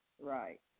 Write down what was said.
Right